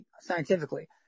scientifically